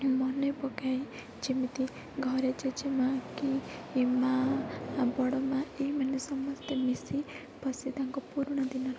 ମନେ ପକାଇ ଯେମିତି ଘରେ ଜେଜେମାଆ କି ମାଆ ବଡ଼ ମାଆ ଏଇମାନେ ସମସ୍ତେ ମିଶି ବସି ତାଙ୍କ ପୁରୁଣା ଦିନର